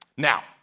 Now